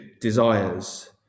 desires